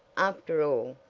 after all,